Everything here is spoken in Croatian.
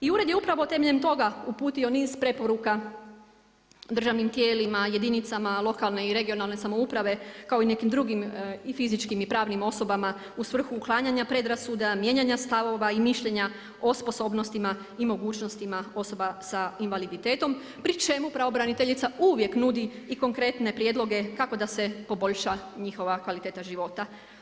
I ured je upravo temeljem toga uputio niz preporuka državnim tijelima, jedinicama lokalne i regionalne samouprave kao i nekim drugim i fizičkim i pravnim osobama u svrhu uklanjanja predrasuda, mijenjanja stavova i mišljenja o sposobnostima i mogućnostima osoba sa invaliditetom pri čemu pravobraniteljica uvijek nudi i konkretne prijedloge kako da se poboljša njihova kvaliteta života.